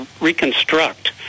reconstruct